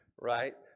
right